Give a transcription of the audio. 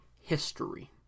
history